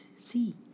see